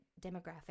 demographic